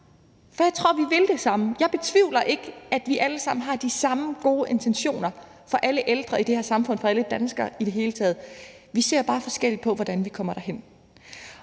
For jeg tror, vi vil det samme. Jeg betvivler ikke, at vi alle sammen har de samme gode intentioner for alle ældre i det her samfund og for alle danskere i det hele taget, men vi ser bare forskelligt på, hvordan vi kommer derhen.